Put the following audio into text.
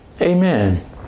Amen